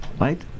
Right